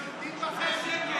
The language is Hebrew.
שולטים בכם?